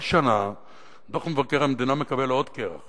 כל שנה דוח מבקר המדינה מקבל עוד כרך,